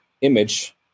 image